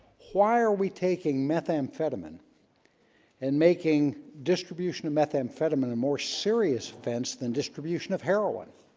why are we taking? methamphetamine and making distribution of methamphetamine a more serious offense than distribution of heroin